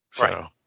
Right